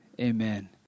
amen